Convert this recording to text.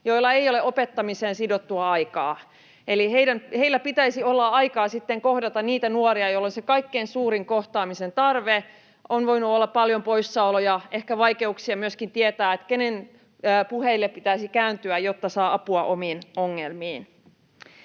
joilla ei ole opettamiseen sidottua aikaa. Eli heillä pitäisi olla aikaa sitten kohdata niitä nuoria, joilla on se kaikkein suurin kohtaamisen tarve: on voinut olla paljon poissaoloja, ehkä vaikeuksia myöskin tietää, kenen puheille pitäisi kääntyä, jotta saa apua omiin ongelmiinsa.